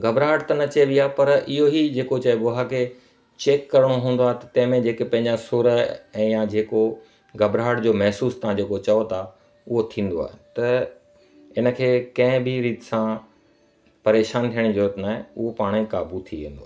घबराहट त न चइबी आहे पर इहो ई जेको चइबो आहे के चेक करिणो हूंदो आहे त तंहिं में जेके पंहिंजा सुर ऐं यां जेको घबराहट जो महिसूसु तव्हां जेको चओ था उहो थींदो आहे त इन खे कंहिं बि रीति सां परेशान थियण जी ज़रूरत नाहे उहो पाण ई काबू थी वेंदो आहे